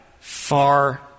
far